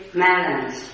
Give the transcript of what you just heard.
melons